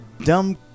dumb